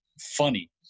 funny